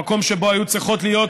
למקום שבו היו צריכות להיות,